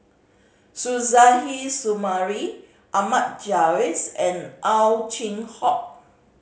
Suzairhe Sumari Ahmad Jais and Ow Chin Hock